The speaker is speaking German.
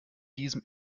diesem